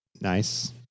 Nice